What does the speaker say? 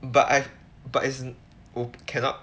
but I but as in who cannot